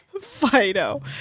Fido